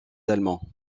allemands